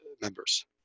members